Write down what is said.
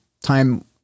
time